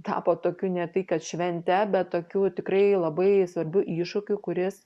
tapo tokiu ne tai kad švente be tokiu tikrai labai svarbiu iššūkiu kuris